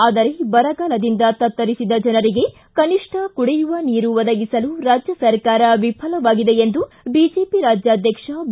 ಆದರೆ ಬರಗಾಲದಿಂದ ತತ್ತರಿಸಿದ ಜನರಿಗೆ ಕನಿಷ್ಠ ಕುಡಿಯುವ ನೀರು ಒದಗಿಸಲು ರಾಜ್ಯ ಸರ್ಕಾರ ವಿಫಲವಾಗಿದೆ ಎಂದು ಬಿಜೆಪಿ ರಾಜ್ಯಾಧಕ್ಷ ಬಿ